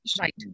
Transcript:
Right